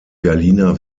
berliner